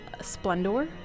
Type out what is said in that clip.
Splendor